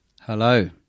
Hello